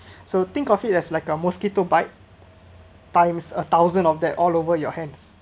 so think of it as like a mosquito bite times a thousand of that all over your hands